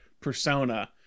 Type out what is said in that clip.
persona